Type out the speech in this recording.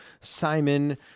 Simon